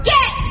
Get